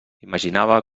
imaginava